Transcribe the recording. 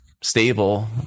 stable